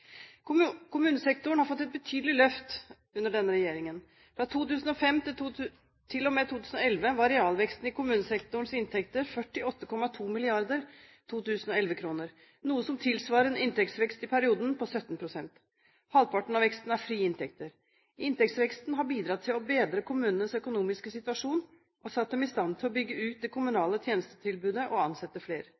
måte. Kommunesektoren har fått et betydelig løft under denne regjeringen. Fra 2005 til og med 2011 var realveksten i kommunesektorens inntekter 48,2 mrd. 2011-kroner, noe som tilsvarer en inntektsvekst i perioden på 17 pst. Halvparten av veksten er frie inntekter. Inntektsveksten har bidratt til å bedre kommunenes økonomiske situasjon og satt dem i stand til å bygge ut det kommunale tjenestetilbudet og ansette flere.